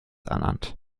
ernannt